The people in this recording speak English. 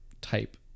type